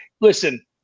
listen